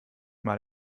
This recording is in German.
mal